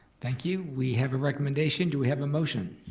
thank you, we have a recommendation. do we have a motion?